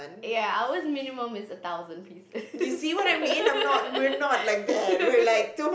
ya ours minimum is a thousand pieces